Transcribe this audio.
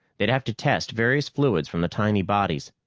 they'd have to test various fluids from the tiny bodies,